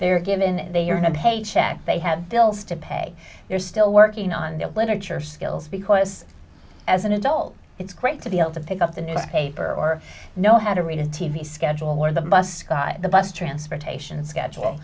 they're given they are not hey check they have bills to pay they're still working on their literature skills because as an adult it's great to be able to pick up the newspaper or know how to read a t v schedule or the bus ride the bus transportation schedule